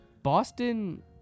Boston